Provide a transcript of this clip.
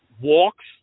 walks